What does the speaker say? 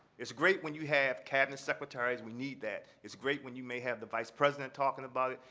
it's great when you have cabinet secretaries. we need that. it's great when you may have the vice president talking about it.